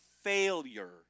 failure